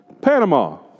Panama